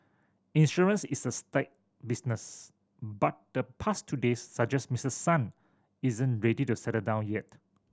insurance is a staid business but the past two days suggest Mister Son isn't ready to settle down yet